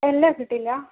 yellow കിട്ടില്ല